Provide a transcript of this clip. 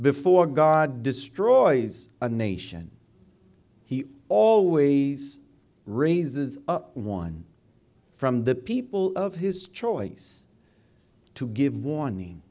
before god destroys a nation he always raises up one from the people of his choice to give warning